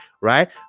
Right